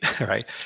right